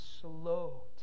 slow